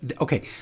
Okay